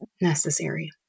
necessary